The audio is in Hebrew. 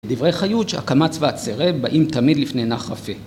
דברי חיוץ, הקמץ והצירה באים תמיד לפני נח רפא.